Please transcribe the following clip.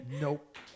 nope